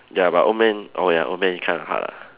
ya but old man oh ya old man is quite hard lah